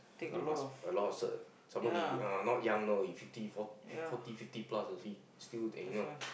you must a lot a cert some more he uh not young know he fifty for~ forty fifty plus you see still take you know